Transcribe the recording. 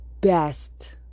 best